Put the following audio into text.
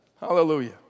Hallelujah